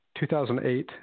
2008